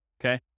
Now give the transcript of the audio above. okay